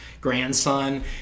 grandson